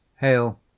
Hail